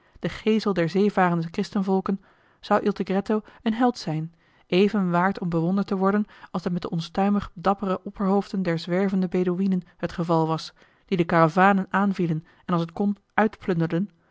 den geesel der zeevarende christenvolken zou il tigretto een held zijn even waard om bewonderd te worden als dat met de onstuimig dappere opperhoofden der zwervende bedouïnen het geval was die de karavanen aanvielen en als het kon